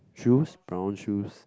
shoes brown shoes